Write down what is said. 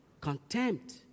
contempt